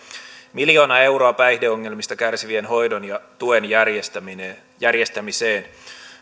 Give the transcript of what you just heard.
miljoona euroa päihdeongelmista kärsivien hoidon ja tuen järjestämiseen järjestämiseen